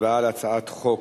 הצבעה על הצעת חוק